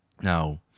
Now